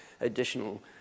additional